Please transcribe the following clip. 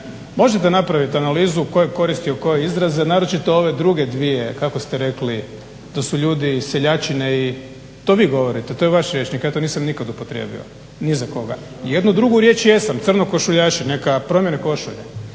Možete napraviti analizu tko je koristio koje izraze, naročito ove druge dvije kako ste rekli to su ljudi seljačine i to vi govorite, to je vaš rječnik, ja to nisam nikad upotrijebio ni za koga. Jednu drugu riječ jesam, crnokošuljaši. Neka promjene košulje.